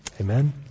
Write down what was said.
Amen